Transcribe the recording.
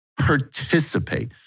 participate